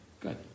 good